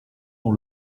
dans